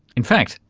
in fact,